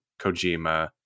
Kojima